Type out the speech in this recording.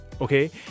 Okay